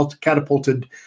catapulted